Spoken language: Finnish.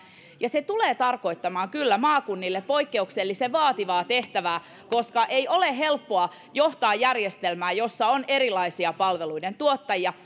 se tulee kyllä tarkoittamaan maakunnille poikkeuksellisen vaativaa tehtävää koska ei ole helppoa johtaa järjestelmää jossa on erilaisia palveluiden tuottajia